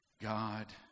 God